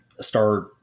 start